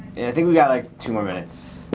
i think we got like two more minutes.